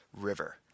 River